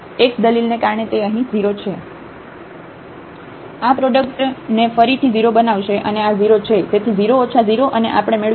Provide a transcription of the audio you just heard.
તેથી આ પ્રોડક્ટ આને ફરીથી 0 બનાવશે અને આ 0 છે તેથી 0 ઓછા 0 અને આપણે મેળવીશું